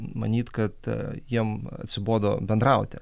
manyt kad jiem atsibodo bendrauti